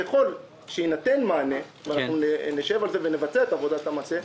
ככל שיינתן מענה ואנחנו נשב על זה ונבצע את עבודת המטה,